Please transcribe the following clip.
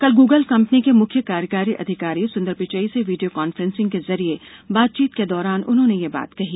कल Google company के मुख्य कार्यकारी अधिकारी सुंदर पिचई से वीडियों कांफ्रेंसिंग के जरिए बातचीत के दौरान उन्होंने यह बात कही